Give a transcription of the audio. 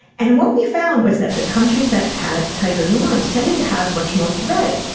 and what we found was that the countries that had tighter norms tended to have much more threat.